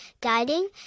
guiding